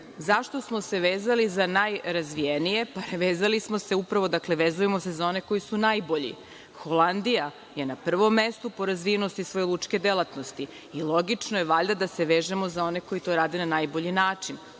zašto smo se vezali za najrazvijenije, pa vezali smo se upravo, dakle, vezujemo se za one koji su najbolji. Holandija je na prvom mestu po razvijenosti svoje lučke delatnosti i logično je valjda da se vežemo za one koji to rade na najbolji način.